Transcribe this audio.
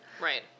Right